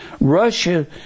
Russia